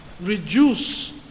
reduce